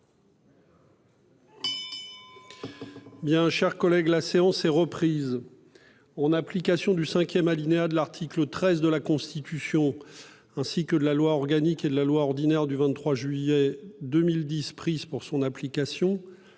quelques instants. La séance est suspendue. En application du cinquième alinéa de l'article 13 de la Constitution, ainsi que de la loi organique et de la loi ordinaire du 23 juillet 2010 prises pour son application,